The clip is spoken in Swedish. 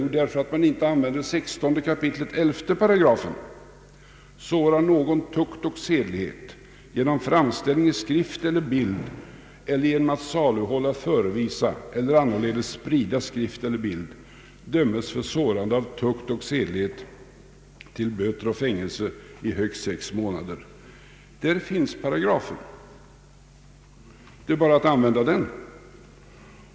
Jo, därför att man inte har använt brottsbalkens 16:11: ”Sårar någon tukt och sedlighet genom framställning i skrift eller bild eller genom att saluhålla, förevisa eller annorledes sprida skrift eller bild, dömes för sårande av tukt och sedlighet till böter eller fängelse i högst sex månader.” Där finns paragrafen — det är bara att använda den.